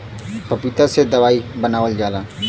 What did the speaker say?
पपीता से दवाई बनावल जाला